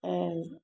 ऐं